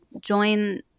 join